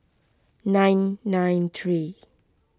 nine nine three